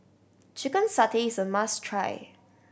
chicken satay is a must try